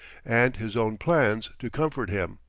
and his own plans, to comfort him.